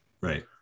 right